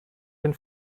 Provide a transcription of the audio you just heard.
den